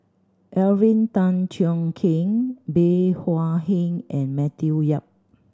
Alvin Tan Cheong Kheng Bey Hua Heng and Matthew Yap